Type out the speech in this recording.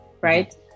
right